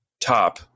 top